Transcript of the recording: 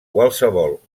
qualsevol